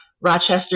Rochester